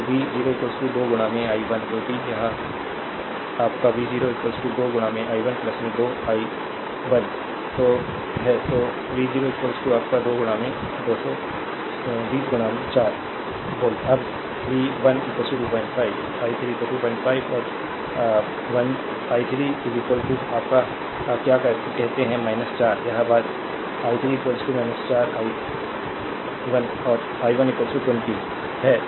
तो v0 2 i 1 क्योंकि यह your v0 2 i 1 2 i 1 है तो v0 your 2 20 40 वोल्ट अब v 1 25 i 3 तो 25 और i 3 your क्या कहते हैं 4 यह बात i 3 4 i 1 और i 1 20 है